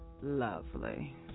Lovely